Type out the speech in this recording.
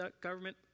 government